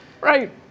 right